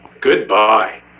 Goodbye